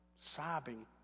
sobbing